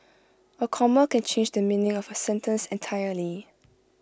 A comma can change the meaning of A sentence entirely